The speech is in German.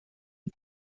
und